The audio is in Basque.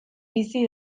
bizi